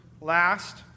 last